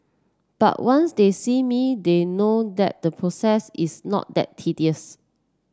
but once they see me they know that the process is not that tedious